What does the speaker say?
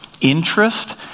interest